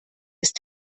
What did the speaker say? ist